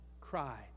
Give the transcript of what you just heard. cry